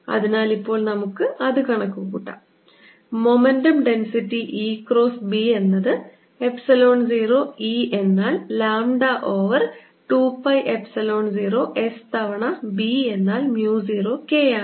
അതിനാൽ ഇപ്പോൾ നമുക്ക് അത് കണക്കുകൂട്ടാം momentum density E cross B എന്നത് എപ്സിലോൺ 0 E എന്നാൽ lambda over 2 pi epsilon 0 S തവണ B എന്നാൽ mu 0 K ആണ്